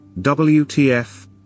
WTF